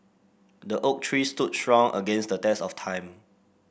the oak tree stood strong against the test of time